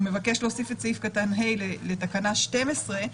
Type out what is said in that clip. מבקש להוסיף את סעיף קטן (ה) לתקנה 12,